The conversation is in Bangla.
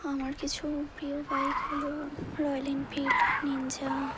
আমার কিছু প্রিয় বাইক হলো রয়্যাল এনফিল্ড নিনজা